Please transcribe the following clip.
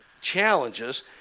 challenges